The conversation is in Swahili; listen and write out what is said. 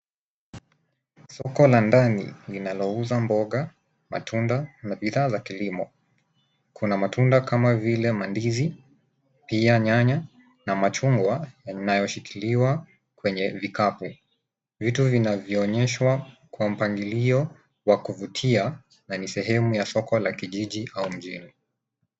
Soko la ndani linalouza mboga, matunda na bidhaa za kilimo. Kuna matunda kama vile mandizi, pia nyanya na machungwa inayoshikiliwa kwenye vikapu. Vitu vinavyoonyeshwa kwa mpangilio wa kuvutia na ni sehemu ya soko la kijiji au mjini.